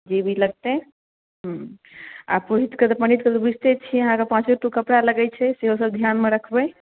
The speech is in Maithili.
जे भी लगतै ह्म्म आ पुरोहितके पण्डितके तऽ बुझिते छियै अहाँकेँ पाँचो टूक कपड़ा लगै छै सेहो सभ ध्यानमे रखबै